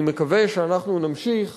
אני מקווה שאנחנו נמשיך